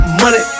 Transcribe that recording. money